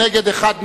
נגד, אחד נמנע.